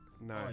No